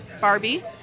Barbie